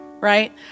right